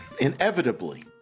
inevitably